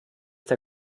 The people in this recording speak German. der